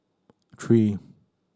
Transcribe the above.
three